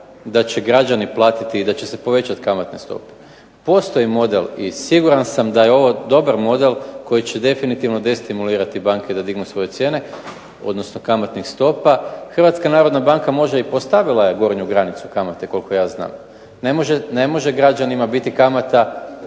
da će građani platiti i da će se povećati kamatne stope. Postoji model i siguran sam da je ovo dobar model koji će definitivno destimulirati banke da dignu svoje cijene, odnosno kamatnih stopa, HNB možda i postavila je gornju granicu kamate koliko ja znam. Ne može građanima biti kamata.